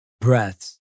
breaths